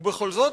ובכל זאת,